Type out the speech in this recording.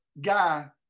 guy